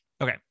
Okay